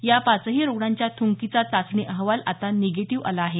या पाचही रुग्णांच्या थुंकीचा चाचणी अहवाल आता निगेटीव्ह आला आहे